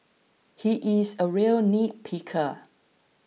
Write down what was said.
he is a real nitpicker